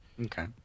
Okay